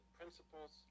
principles